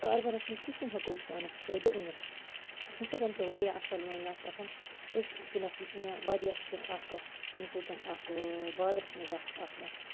کاربارَس منٛز کِتھٕ کٔنۍ ہیٚکو أسۍ پانَس فٲیدٕ أنِتھ اَمہِ سۭتۍ پیٚوو واریاہ اَثر میٛانہِ یَتھ پٮ۪ٹھ أتھۍ کَنٮ۪تھ وُچھ مےٚ واریاہ چھِ اَکھ ییٚمہِ سۭتٮ۪ن اکھ بازرَس منٛز اَکھ اکھ